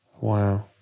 Wow